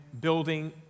building